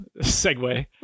segue